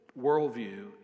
worldview